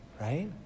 right